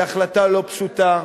היא החלטה לא פשוטה.